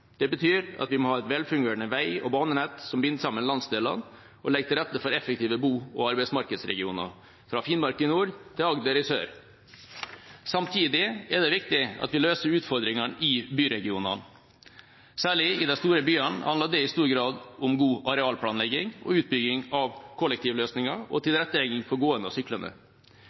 Det betyr at vi må ha et velfungerende vei- og banenett som binder sammen landsdelene, og legger til rette for effektive bo- og arbeidsmarkedsregioner, fra Finnmark i nord til Agder i sør. Samtidig er det viktig at vi løser utfordringene i byregionene. Særlig i de store byene handler det i stor grad om god arealplanlegging, utbygging av kollektivløsninger og tilrettelegging for gående og syklende.